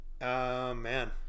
man